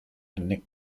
anni